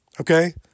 okay